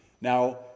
Now